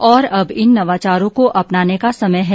और अब इन नवाचारों को अपनाने का समय है